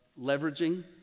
leveraging